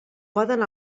poden